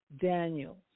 Daniel